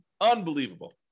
Unbelievable